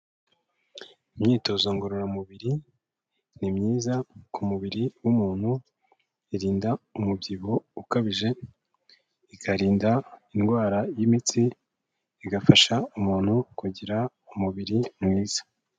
Imyitozo ngororamubiri ni myiza ku mubiri w'umuntu. Birinda umubyibuho ukabije, bikarinda indwara y'imitsi, bigafasha umuntu kugira umubiri mwiza.